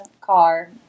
car